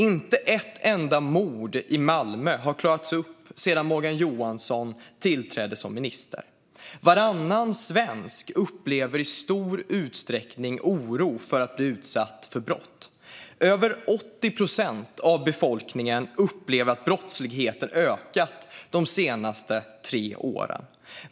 Inte ett enda mord i Malmö har klarats upp sedan Morgan Johansson tillträdde som minister. Varannan svensk upplever i stor utsträckning oro för att bli utsatt för brott. Över 80 procent av befolkningen upplever att brottsligheten ökat de senaste tre åren.